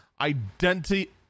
identity